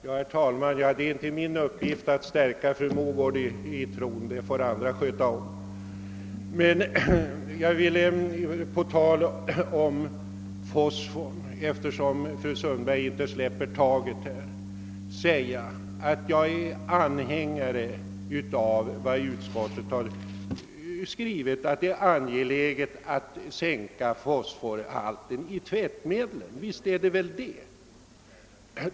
Herr talman! Det är inte min uppgift att stärka fru Mogård i tron på det enskilda näringslivet; det får andra sköta om. Eftersom fru Sundberg inte släpper taget vill jag på tal om fosforn säga att jag delar utskottets uppfattning att det är angeläget att sänka fosforhalten i tvättmedlen. Visst är det väl det!